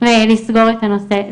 ונסגור את הנושא.